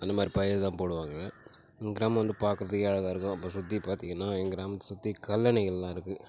அந்த மாதிரி பயிறு தான் போடுவாங்க எங்கள் கிராமம் வந்து பார்க்கறதுக்கே அழகாக இருக்கும் இப்போ சுற்றி பார்த்திங்கனா எங்கள் கிராமத்தை சுற்றி கல்லணைகள்லாம் இருக்கு